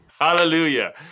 Hallelujah